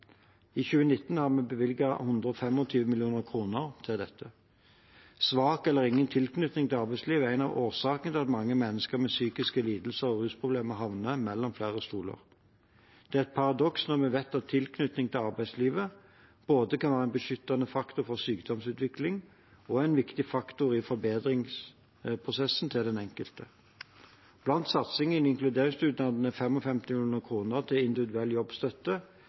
I 2019 har vi bevilget 125 mill. kr til dette. Svak eller ingen tilknytning til arbeidslivet er en av årsakene til at mange mennesker med psykiske lidelser og rusproblemer havner mellom flere stoler. Det er et paradoks når vi vet at tilknytning til arbeidslivet både kan være en beskyttende faktor for sykdomsutvikling og en viktig faktor i forbedringsprosessen til den enkelte. Blant satsingene i inkluderingsdugnaden er 55 mill. kr til